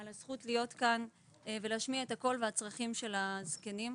על הזכות להיות כאן ולהשמיע את הקול והצרכים של הזקנים.